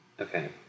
Okay